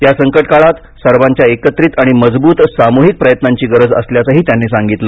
या संकटकाळांत सर्वांच्या एकत्रित आणि मजबूत साम्हिक प्रयत्नांची गरज असल्याचंही त्यांनी सांगितलं